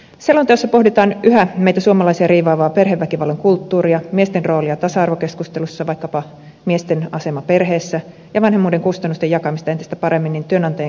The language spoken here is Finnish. selonteossa pohditaan yhä meitä suomalaisia riivaavaa perheväkivallan kulttuuria miesten roolia tasa arvokeskustelussa vaikkapa miesten asemaa perheessä ja vanhemmuuden kustannusten jakamista entistä paremmin niin työnantajien kuin sukupuoltenkin välillä